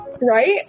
Right